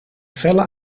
felle